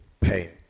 pain